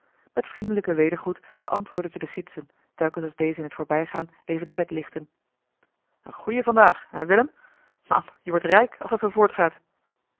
met vriendelijken wedergroet beantwoordden ze de gidsen telkens als dezen in het voorbijgaan even de pet lichtten een goeie van daag hé willem man je wordt rijk als dat zoo voortgaat